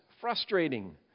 frustrating